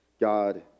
God